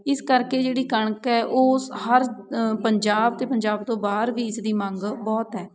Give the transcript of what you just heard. ਇਸ ਕਰਕੇ ਜਿਹੜੀ ਕਣਕ ਹੈ ਉਹ ਸ ਹਰ ਪੰਜਾਬ ਅਤੇ ਪੰਜਾਬ ਤੋਂ ਬਾਹਰ ਵੀ ਇਸ ਦੀ ਮੰਗ ਬਹੁਤ ਹੈ